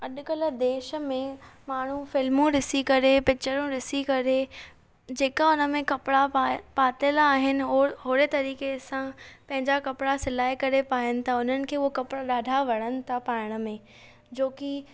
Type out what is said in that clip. अॼुकल्ह देश में माण्हू फिल्मूं ॾिसी करे पिकचरूं ॾिसी करे जेका हुन में कपड़ा पाइ पातल आहिनि हो होड़े तरीक़े सां पंहिंजा कपड़ा सिलाए करे पाइनि था हुननि खे उहे कपड़ा ॾाढा वणनि था पाइण में जोकि